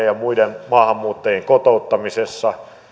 ja muiden maahanmuuttajien kotouttamisessa